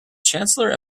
chancellor